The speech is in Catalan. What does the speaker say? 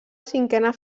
cinquena